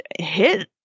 hit